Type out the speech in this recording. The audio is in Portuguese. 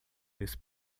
disse